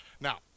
Now